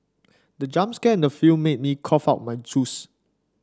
the jump scare in the film made me cough out my juice